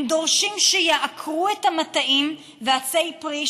הם דורשים שיעקרו את המטעים ואת עצי הפרי,